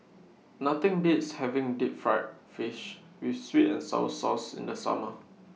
Nothing Beats having Deep Fried Fish with Sweet and Sour Sauce in The Summer